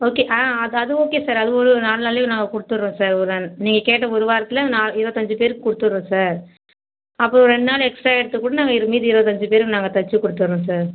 okay ஆ அது அது ஓகே சார் அது ஒரு நாலு நாளில் நாங்கள் கொடுத்துறோம் சார் ஒரு நன் நீங்கள் கேட்ட ஒரு வாரத்தில் நான் இருபத்தஞ்சி பேருக்கு கொடுத்துறோம் சார் அப்புறோம் ரெண்டு நாள் எக்ஸ்ட்ரா எடுத்து கூட நாங்கள் இரு மீதி இருபத்தஞ்சி பேருக்கு நாங்கள் தைச்சி கொடுத்துறோம் சார்